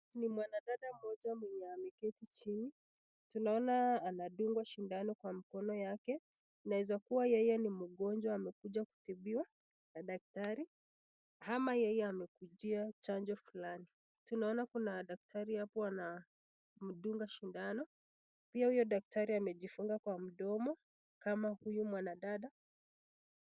Kuna mwanadada mmoja mwenye ameketi chini , tunaona anadungwa sidano kwa mkono yake inawezakuwa yeye ni mgonjwa amekuja kutibiwa na daktari ama yeye amekujia chanjo fulani , tunaona kuna daktari hapo anamdunga sidano pia huyo daktari amejifunga kwa mdomo kama huyo mwanadada.